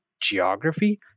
geography